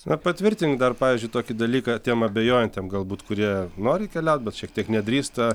na patvirtink dar pavyzdžiui tokį dalyką tiem abejojantiem galbūt kurie nori keliaut bet šiek tiek nedrįsta